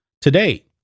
today